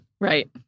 right